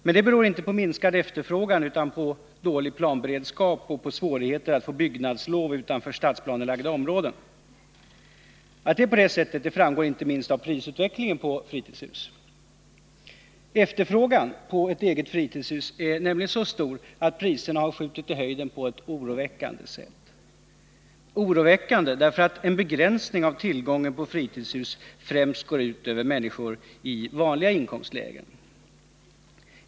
Detta beror då inte på minskad efterfrågan utan på dålig planberedskap och på svårigheter att få byggnadslov utanför stadsplanelagda områden. Att det är så framgår inte minst av prisutvecklingen på fritidshus. Efterfrågan på ett eget fritidshus är nämligen så stor att priserna har skjutit i höjden på ett oroväckande sätt — oroväckande, därför att en begränsning av tillgången på fritidshus främst går ut över människor i vanliga inkomstlägen.